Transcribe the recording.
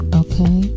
okay